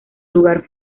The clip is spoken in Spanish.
lugar